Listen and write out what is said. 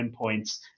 endpoints